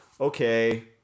okay